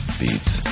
beats